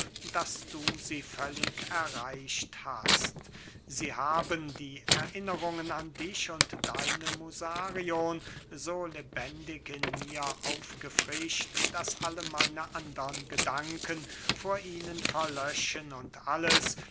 daß du sie völlig erreicht hast sie haben die erinnerungen an dich und deine musarion so lebendig in mir aufgefrischt daß alle meine andern gedanken vor ihnen verlöschen und alles